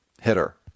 hitter